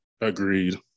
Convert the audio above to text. agreed